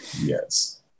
Yes